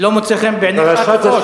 לא מוצא חן בעיניך, תפרוש.